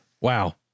wow